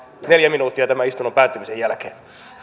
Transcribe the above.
neljä minuuttia tämän istunnon päättymisen jälkeen